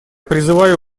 призываю